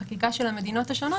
על החקיקה של המדינות השונות,